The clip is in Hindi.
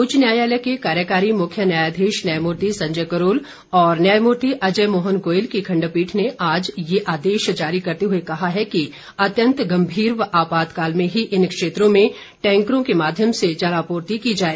उच्च न्यायालय के कार्यकारी मुख्य न्यायाधीश न्यायमूर्ति संजय करोल और न्यायमूर्ति अजय मोहन गोयल की खंडपीठ ने आज ये आदेश जारी करते हुए कहा है कि अत्यंत गंभीर व आपातकाल में ही इन क्षेत्रों में टैंकर के माध्यम से जलापूर्ति की जाए